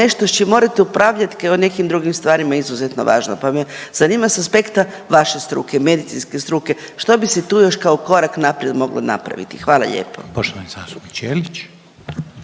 nešto s čim morate upravljat kao i o nekim drugim stvarima je izuzetno važno, pa me zanima s aspekta vaše struke, medicinske struke, što bi se tu još kao korak naprijed moglo napraviti? Hvala lijepo.